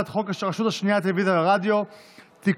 הצעת חוק הרשות השנייה לטלוויזיה ורדיו (תיקון,